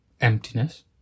emptiness